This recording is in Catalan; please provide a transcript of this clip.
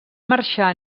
marxar